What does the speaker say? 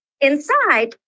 Inside